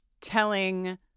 telling